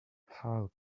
how